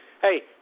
Hey